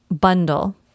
bundle